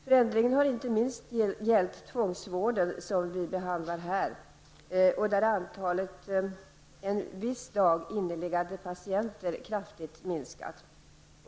Förändringen har inte minst gällt tvångsvården, som vi nu behandlar, där antalet under en viss dag inneliggande patienter kraftigt har minskat.